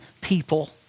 people